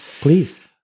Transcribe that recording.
Please